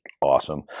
awesome